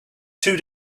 two